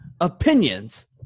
opinions